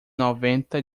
noventa